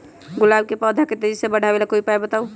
गुलाब के पौधा के तेजी से बढ़ावे ला कोई उपाये बताउ?